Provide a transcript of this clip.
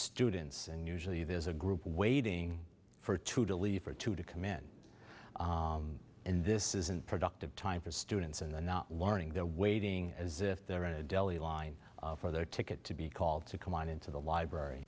students and usually there's a group waiting for two to leave for two to come in and this isn't productive time for students and they're not learning they're waiting as if they're at a deli line for their ticket to be called to come on into the library